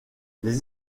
les